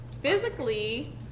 physically